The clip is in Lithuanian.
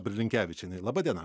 brilinkevičienė laba diena